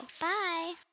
Bye